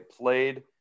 played